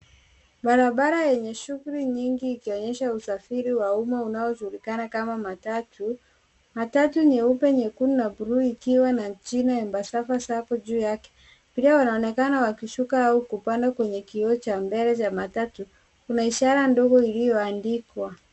Barabara yenye shuguli nyingi ikionyesha usafiri wa umma unaojulikana kama matatu, matatu nyeupe, nyekundu na buluu ikiwa na jina Embasava Sacco juu yake. Abiria wanaonekana kushuka au kupanda kwenye kioo cha mbele cha matatu, kuna ishara ndogo iliyoandikwa.